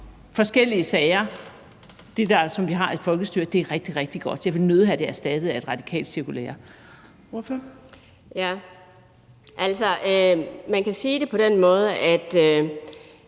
forskellige sager, som vi har i et folkestyre, er rigtig, rigtig godt. Jeg vil nødig have det erstattet af et radikalt cirkulære. Kl. 15:20 Tredje næstformand